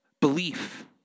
Belief